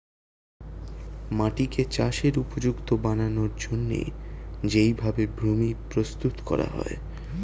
মাটিকে চাষের উপযুক্ত বানানোর জন্যে যেই ভাবে ভূমি প্রস্তুত করা হয়